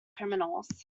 criminals